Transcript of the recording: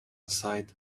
side